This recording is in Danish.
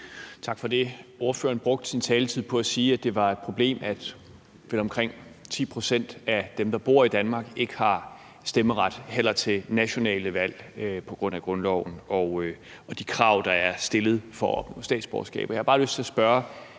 Tak for det. Ordføreren brugte sin taletid på at sige, at det var et problem, at vel omkring 10 pct. af dem, der bor i Danmark, ikke har stemmeret til nationale valg på grund af grundloven og de krav, der er stillet for at opnå statsborgerskab.